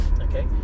okay